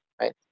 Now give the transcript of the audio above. right